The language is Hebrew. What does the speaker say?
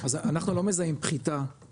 אז אנחנו לא מזהים פחיתה,